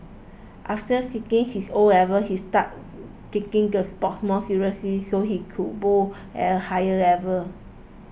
after sitting his O levels he started taking the sport more seriously so he could bowl at a higher level